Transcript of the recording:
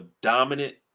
dominant